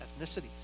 ethnicities